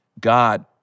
God